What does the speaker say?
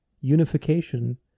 unification